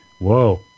Whoa